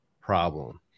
problem